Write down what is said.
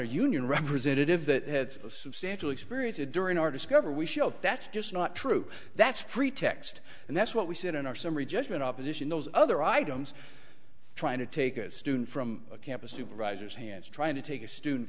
a union representative that had a substantial experience a during our discover we show that's just not true that's pretext and that's what we said in our summary judgment opposition those other items trying to take a student from a campus supervisors hands trying to take a student